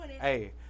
Hey